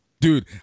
dude